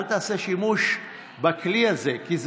הוא